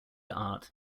art